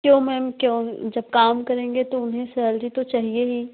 क्यों मैम क्यों जब काम करेंगे तो उन्हें सैलरी तो चाहिए ही